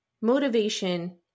motivation